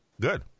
good